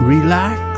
Relax